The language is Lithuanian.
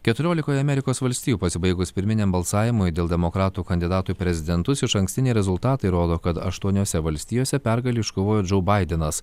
keturiolikoje amerikos valstijų pasibaigus pirminiam balsavimui dėl demokratų kandidatų į prezidentus išankstiniai rezultatai rodo kad aštuoniose valstijose pergalę iškovojo džou baidenas